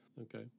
Okay